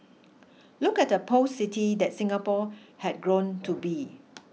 look at the post city that Singapore had grown to be